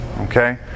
Okay